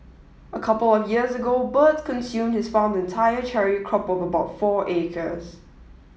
a couple of years ago birds consumed his farm's entire cherry crop of about four acres